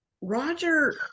Roger